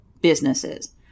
businesses